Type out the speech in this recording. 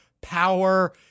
power